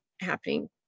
happening